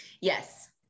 yes